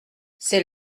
c’est